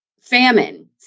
famine